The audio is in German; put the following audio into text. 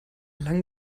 lang